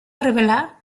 revelar